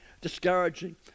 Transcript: discouraging